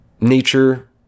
nature